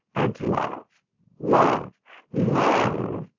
and love love love,